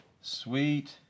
sweet